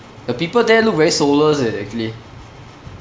the people there look very soulless eh actually